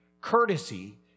Courtesy